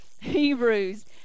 Hebrews